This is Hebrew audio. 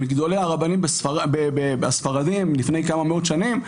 מגדולי הרבנים הספרדים לפני כמה מאות שנים,